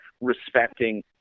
respecting